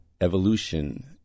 evolution